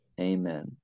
Amen